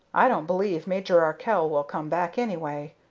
i don't believe major arkell will come back, anyway.